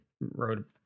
wrote